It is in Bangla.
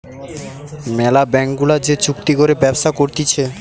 ম্যালা ব্যাঙ্ক গুলা যে চুক্তি করে ব্যবসা করতিছে